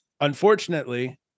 unfortunately